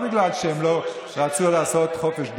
לא בגלל שהם לא רצו לעשות חופש דת,